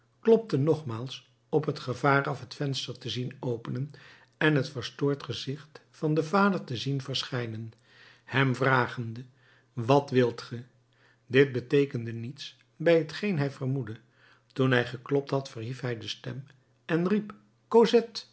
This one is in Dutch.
klopte nogmaals op het gevaar af het venster te zien openen en het verstoord gezicht van den vader te zien verschijnen hem vragende wat wilt ge dit beteekende niets bij hetgeen hij vermoedde toen hij geklopt had verhief hij de stem en riep